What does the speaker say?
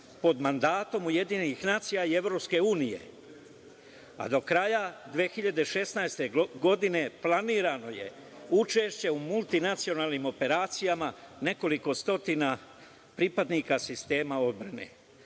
pod mandatom UN i EU, a do kraja 2016. godine planirano je učešće u multinacionalnim operacijama nekoliko stotina pripadnika sistema odbrane.